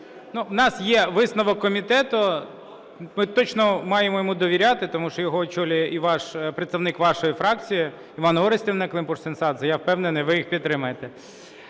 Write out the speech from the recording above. У нас є висновок комітету, ми точно маємо йому довіряти, тому що його очолює і представник вашої фракції Іванна Орестівна Климпуш-Цинцадзе. Я впевнений, ви їх підтримаєте.